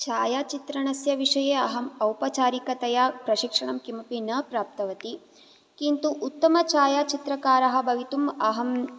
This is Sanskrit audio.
छायाचित्रणस्य विषये अहम् औपचारिकतया प्रशिक्षणं किमपि न प्राप्तवती किन्तु उत्तम छायाचित्रकारः भवितुम् अहं